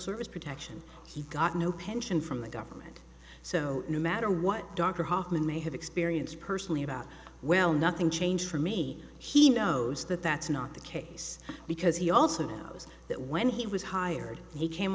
service protection he got no pension from the government so no matter what dr hoffman may have experienced personally about well nothing changed for me he knows that that's not the case because he also knows that when he was hired he came